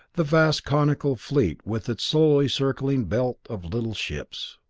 the vast conical fleet with its slowly circling belt of little ships.